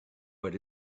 what